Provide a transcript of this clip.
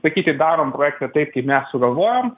sakyti darom proje taip kaip mes sugalvojom